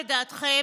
לדעתכם,